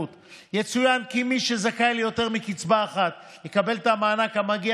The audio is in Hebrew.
יצוין כי מי שזכאי ליותר מקצבה אחת יקבל את המענק המגיע